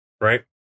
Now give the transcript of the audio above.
right